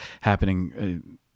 happening